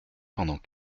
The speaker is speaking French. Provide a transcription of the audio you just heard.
pendant